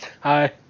hi